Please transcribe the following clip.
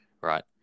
Right